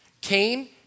Cain